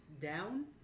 down